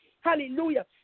hallelujah